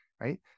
right